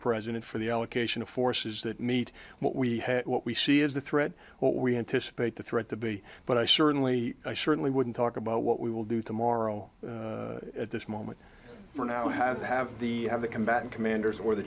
president for the allocation of forces that meet what we have what we see is the threat what we anticipate the threat to be but i certainly i certainly wouldn't talk about what we will do tomorrow at this moment for now have to have the have the combatant commanders or the